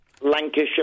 Lancashire